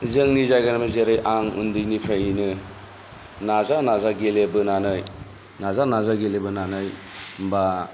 जोंनि जायगानिफ्राय जेरै आं उन्दैनिफ्रायनो नाजा नाजा गेलेबोनानै नाजा नाजा गेलेबोनानै बा